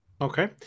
Okay